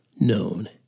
known